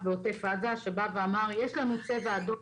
בעוטף עזה שבא ואמר: יש לנו צבע אדום,